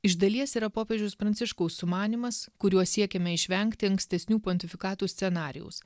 iš dalies yra popiežiaus pranciškaus sumanymas kuriuo siekiame išvengti ankstesnių pontifikatų scenarijaus